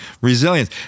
Resilience